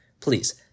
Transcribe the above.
Please